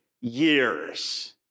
years